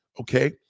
Okay